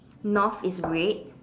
North is red